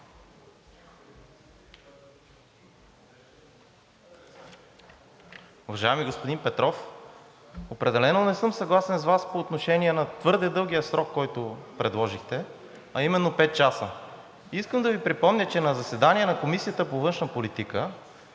Уважаеми господин Петров, определено не съм съгласен с Вас по отношение на твърде дългия срок, който предложихте, а именно пет часа. Искам да Ви припомня, че на заседание на Комисията по външна политика,